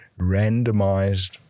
randomized